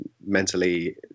mentally